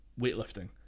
weightlifting